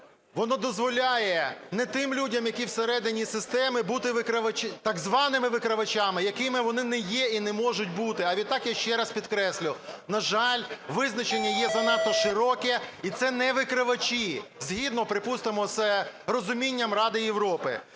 воно дозволяє не тим людям, які всередині системи бути так званими "викривачами", якими вони не є і не можуть бути. А відтак, я ще раз підкреслю, на жаль, визначення є занадто широке, і це не викривачі, згідно, припустимо, з розумінням Ради Європи.